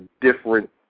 different